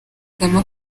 kagame